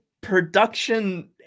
production